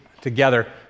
together